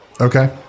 Okay